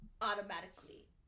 automatically